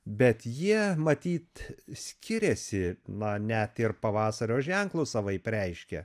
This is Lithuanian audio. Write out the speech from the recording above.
bet jie matyt skiriasi na net ir pavasario ženklus savaip reiškia